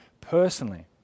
personally